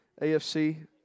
AFC